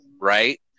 Right